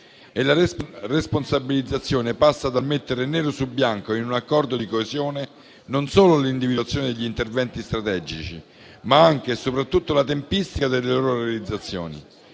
La responsabilizzazione passa dal mettere nero su bianco, in un accordo di coesione, non solo l'individuazione degli interventi strategici, ma anche e soprattutto la tempistica delle loro realizzazioni.